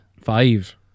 Five